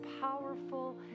powerful